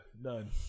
none